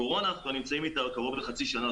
עם הקורונה אנחנו נמצאים כבר קרוב לחצי שנה.